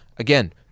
Again